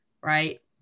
right